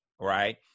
right